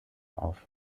auf